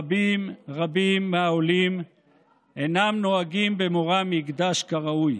רבים רבים מהעולים אינם נוהגים במורא מקדש כראוי.